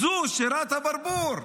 זו שירת הברבור.